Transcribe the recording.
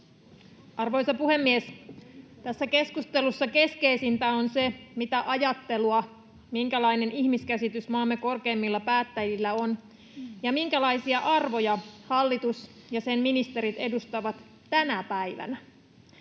Arvoisa puhemies! Tässä keskustelussa keskeisintä on se, mitä ajattelua ja minkälainen ihmiskäsitys maamme korkeimmilla päättäjillä on ja minkälaisia arvoja hallitus ja sen ministerit edustavat tänä päivänä.